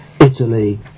Italy